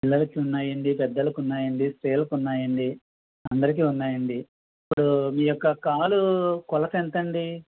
పిల్లలకి ఉన్నాయండి పెద్దలకి ఉన్నాయండి స్త్రీలకి ఉన్నాయండి అందరికీ ఉన్నాయండి ఇప్పుడు మీ యొక్క కాలు కొలత ఎంతండీ